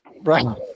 Right